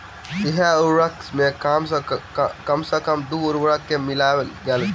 एहि उर्वरक मे कम सॅ कम दू उर्वरक के मिलायल गेल रहैत छै